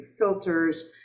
filters